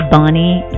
Bonnie